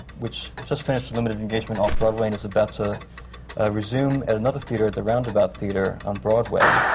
which just finished a limited engagement off-broadway and is about to resume at another theatre, at the roundabout theatre on broadway.